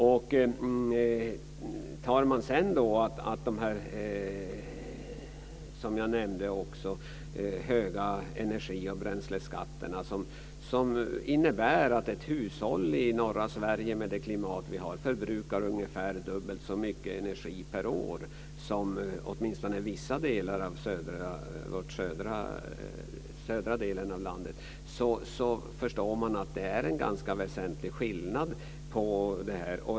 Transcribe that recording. Fru talman! Sedan har vi som jag nämnde också de höga energi och bränsleskatterna som innebär att ett hushåll i norra Sverige, med det klimat vi har där, förbrukar ungefär dubbelt så mycket energi per år som ett hushåll i åtminstone vissa delar av södra landet. Då förstår man att det är en ganska väsentlig skillnad.